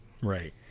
right